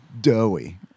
doughy